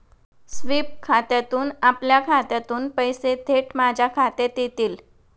sweep खात्यातून आपल्या खात्यातून पैसे थेट माझ्या खात्यात येतील